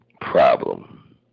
Problem